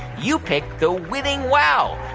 you picked the winning wow.